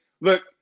look